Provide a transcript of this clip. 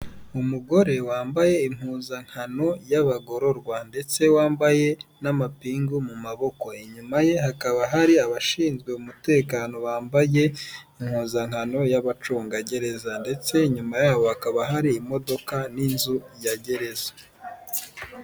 Umugore wambaye impuzankano y'abagororwa ndetse wambaye n'amapingu mu maboko, inyuma ye hakaba hari abashinzwe umutekano bambaye impuzankano y'abacungagereza ndetse inyuma yabo hakaba hari imodoka n'inzu ya gereza.